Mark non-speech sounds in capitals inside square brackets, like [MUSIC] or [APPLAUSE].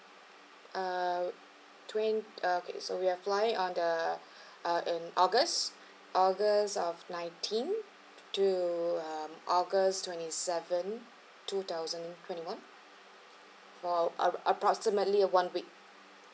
uh twen~ uh okay so we are flying on the [BREATH] uh in august [BREATH] august of nineteen to um august twenty seven two thousand twenty one for ap~ approximately one week